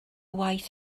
waith